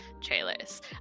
trailers